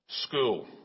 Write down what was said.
School